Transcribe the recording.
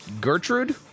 Gertrude